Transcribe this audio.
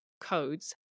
codes